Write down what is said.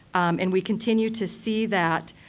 and we continue to see that